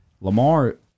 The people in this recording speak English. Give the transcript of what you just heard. Lamar